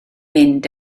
mynd